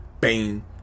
Bang